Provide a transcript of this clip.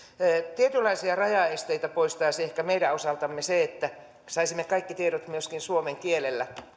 tietynlaisia rajaesteitä poistaisi ehkä meidän osaltamme se että saisimme myöskin suomen kielellä kaikki tiedot siitä